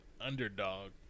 underdog